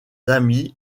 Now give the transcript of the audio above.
amis